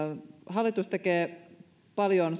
hallitus tekee paljon